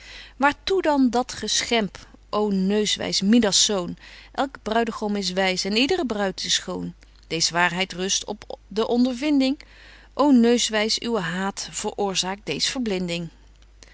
waar toe dan dat geschemp ô neuswys midas zoon elk bruidegom is wys en yd're bruid is schoon dees waarheid rust op de ondervinding ô neuswys uwen haat veroorzaakt dees verblinding